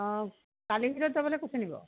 অঁ কালি ভিতৰত যাবলৈ কৈছেনি বাৰু